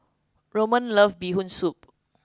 Ramon loves bee hoon soup